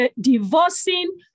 divorcing